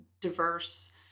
diverse